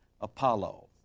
Apollo